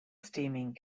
steaming